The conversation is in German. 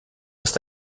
ist